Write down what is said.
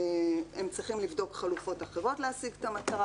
הם צריכים לבדוק חלופות אחרות להשיג את המטרה.